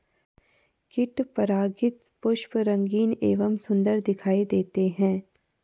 कीट परागित पुष्प रंगीन एवं सुन्दर दिखाई देते हैं